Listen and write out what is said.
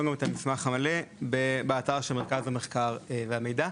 את המסמך המלא באתר של מרכז המחקר והמידע.